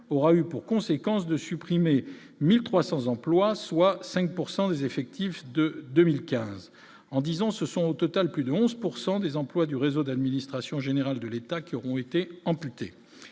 aura eu pour conséquence de supprimer 1300 emplois, soit 5 pourcent des effectifs de 2015, en disant : ce sont au total plus de 11 pourcent des employes du réseau d'administration générale de l'État qui ont été amputé